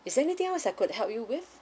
is there anything else I could help you with